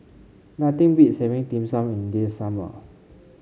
nothing beats having Dim Sum in this summer